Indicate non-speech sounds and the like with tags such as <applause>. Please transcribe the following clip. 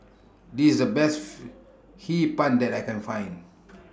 This IS The Best <unintelligible> Hee Pan that I Can Find